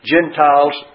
Gentiles